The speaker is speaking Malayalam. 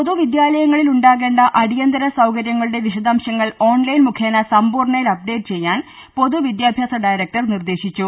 പൊതു വിദ്യാലയുങ്ങളിൽ ഉണ്ടാകേണ്ട അടിയന്തര സൌകര്യ ങ്ങളുടെ വിശദാംശങ്ങൾ ഓൺലൈൻ മുഖേന സമ്പൂർണ്ണയിൽ അപ്ഡേറ്റ് ചെയ്യാൻ പൊതുവിദ്യാഭ്യാസ ഡയറക്ടർ നിർദേശിച്ചു